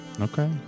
okay